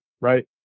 right